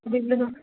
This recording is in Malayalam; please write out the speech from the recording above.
ബില്ലിന്